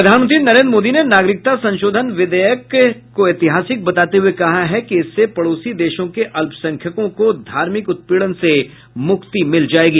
प्रधानमंत्री नरेन्द्र मोदी ने नागरिकता संशोधन विधेयक को ऐतिहासिक बताते हुए कहा है कि इससे पड़ोसी देशों के अल्पसंख्यकों को धार्मिक उत्पीड़न से मुक्ति मिल जायेगी